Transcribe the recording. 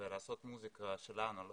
ולעשות מוסיקה שלנו.